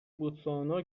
بوتسوانا